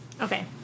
Okay